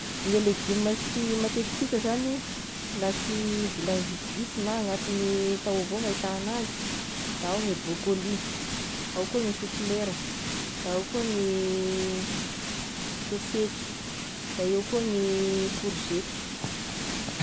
Ny legioma sy matetiky hita zagny la sy vola visivisy na agnatin'ny tao avao gno ahita anazy, da ao gny broccoli, ao koa gny soflera, da ao koa gny sôsety, de eo koa gny korizety.